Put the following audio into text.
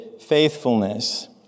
faithfulness